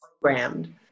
programmed